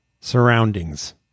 surroundings